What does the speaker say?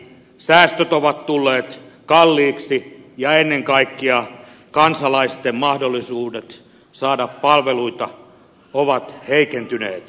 säästöt ovat tulleet kalliiksi ja ennen kaikkea kansalaisten mahdollisuudet saada palveluita ovat heikentyneet